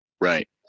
Right